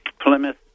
Plymouth